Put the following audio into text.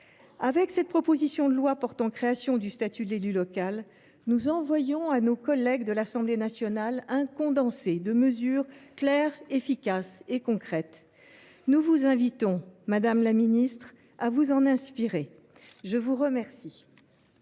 cette proposition de loi portant création d’un statut de l’élu local, nous transmettrions à nos collègues de l’Assemblée nationale un condensé de mesures claires, efficaces et concrètes. Nous vous invitons, madame la ministre, à vous en inspirer. Très bien